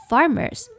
Farmers